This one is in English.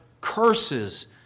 curses